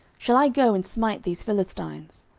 shall i go and smite these philistines?